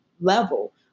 level